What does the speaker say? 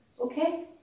okay